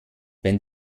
wenn